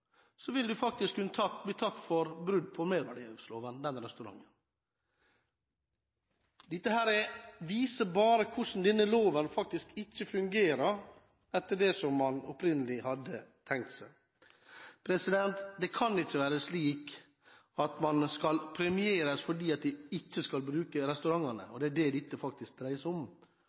kunne bli tatt for brudd på merverdiavgiftsloven. Dette viser bare hvordan denne loven faktisk ikke fungerer etter det man opprinnelig hadde tenkt seg. Det kan ikke være slik at man skal premieres for ikke å bruke restaurantene. Det er det dette faktisk dreier seg om,